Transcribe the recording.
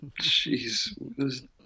Jeez